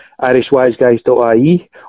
irishwiseguys.ie